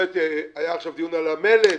היה עכשיו דיון על המלט,